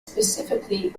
specifically